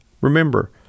Remember